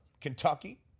Kentucky